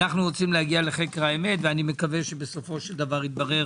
אנוו רוצים להגיע לחקר האמת ומקווה שבסופו של דבר יתברר